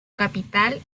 capital